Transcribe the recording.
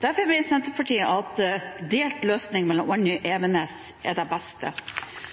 Derfor mener Senterpartiet at en delt løsning mellom